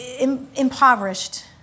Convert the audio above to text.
impoverished